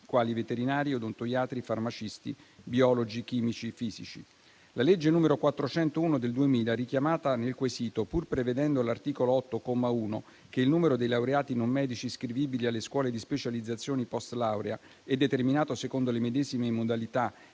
quali veterinari, odontoiatri, farmacisti, biologi, chimici, fisici. La legge n. 401 del 2000 richiamata nel quesito, pur prevedendo l'articolo 8, comma 1, che il numero dei laureati non medici iscrivibili alle scuole di specializzazioni *post* laurea è determinato secondo le medesime modalità